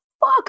fuck